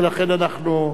ולכן אנחנו,